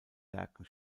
werken